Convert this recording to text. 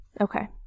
Okay